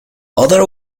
other